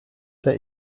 der